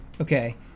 Okay